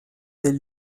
del